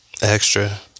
extra